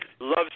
Love